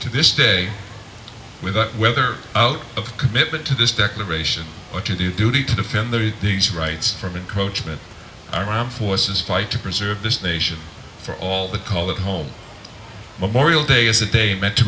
to this day with the weather out of commitment to this declaration but you do duty to defend the these rights from encroachment i am forces fight to preserve this nation for all the call at home memorial day is a day meant to